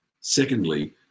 Secondly